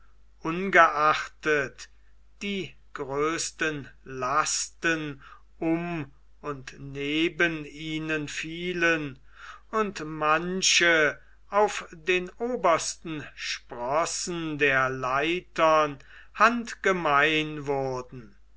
ungeachtet die größten lasten um und neben ihnen fielen und manche auf den obersten sprossen der leitern handgemein wurden